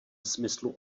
smyslu